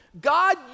God